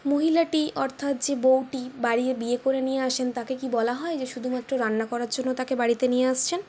মহিলাটি অর্থাৎ যে বউটি বাড়িতে বিয়ে করে নিয়ে আসেন তাকে কি বলা হয় যে শুধুমাত্র রান্না করার জন্য তাকে বাড়িতে নিয়ে আসছেন